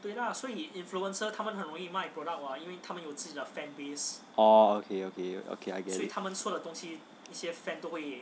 oh okay okay I get it